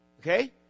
Okay